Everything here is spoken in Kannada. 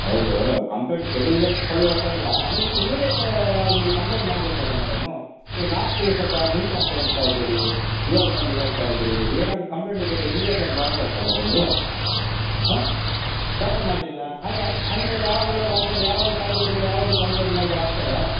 ಹೌದೂ ಕಂಪ್ಲೇಂಟ್ ತೆಗೆದುಕೊಳ್ಳೋದಕ್ಕಲ್ಲಾ ನೀವು ಇಮಿಡೇಟ್ ಆಗಿ ಕಂಪ್ಲೇಂಟ್ ಮಾಡ್ಬೇಕು ಅಲ್ಲಾ ಮೇಡಮ್ ನಿಮ್ಗೆ ನಾಲ್ಕು ದಿವಸದ ಮುಂಚೆ ಅಂತ ಹೇಳ್ತಾ ಇದ್ದೀರಿ ಇವಾಗ ಬಂದು ಹೇಳ್ತಾ ಇದ್ದೀರಿ ಏನಾದರು ಕಂಪ್ಲೇಂಟ್ ಇದ್ದರೆ ಇಮಿಡೇಟ್ ಆಗಿ ಮಾಡ್ಬೇಕು ಅಲ್ಲಾ ಬಂದು ಹಾಂ ಯಾಕೆ ಮಾಡಲಿಲ್ಲ ಹಾಗೆ ಹಂಗೇ ಯಾವಾಗ್ಲೋ ಕಂಪ್ಲೇಂಟ್ ಯಾವಾಗ್ಲೋ ಕಳ್ದು ಹೋದ್ರೆ ಯಾವಾಗೋ ಕಂಪ್ಲೇಂಟ್ ಮಾಡಿದರೆ ಆಗ್ತದಾ